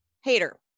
Hater